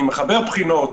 אני מחבר בחינות,